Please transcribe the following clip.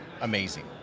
amazing